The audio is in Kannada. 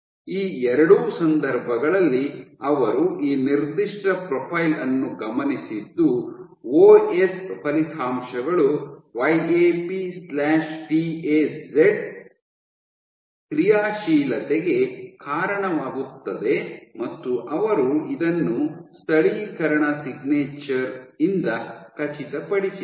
ಈ ಎರಡೂ ಸಂದರ್ಭಗಳಲ್ಲಿ ಅವರು ಈ ನಿರ್ದಿಷ್ಟ ಪ್ರೊಫೈಲ್ ಅನ್ನು ಗಮನಿಸಿದ್ದು ಓಎಸ್ ಫಲಿತಾಂಶಗಳು Y A P T A Z ಕ್ರಿಯಾಶೀಲತೆಗೆ ಕಾರಣವಾಗುತ್ತದೆ ಮತ್ತು ಅವರು ಇದನ್ನು ಸ್ಥಳೀಕರಣ ಸಿಗ್ನೇಚರ್ ಇಂದ ಖಚಿತ ಪಡಿಸಿದರು